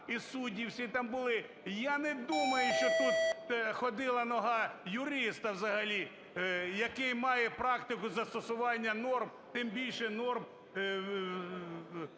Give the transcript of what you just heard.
і судді, всі там були, я не думаю, що тут ходила нога юриста взагалі, який має практику застосування норм, тим більше норм